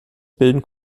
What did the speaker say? bilden